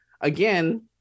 Again